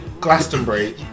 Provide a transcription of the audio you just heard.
Glastonbury